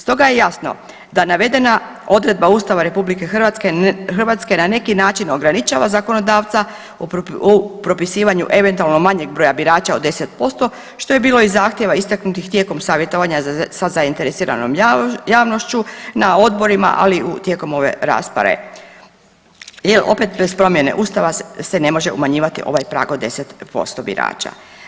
Stoga je jasno da navedena odredba ustava RH na neki način ograničava zakonodavca u propisivanju eventualno manjeg broja birača od 10% što je bilo i zahtjeva istaknutih tijekom savjetovanja sa zainteresiranom javnošću, na odborima, ali i tijekom ove rasprave jel opet bez promjena se ne može umanjivati ovaj prag od 10% birača.